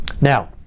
Now